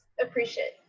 Appreciate